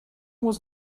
was